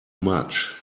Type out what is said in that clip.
much